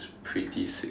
pretty sick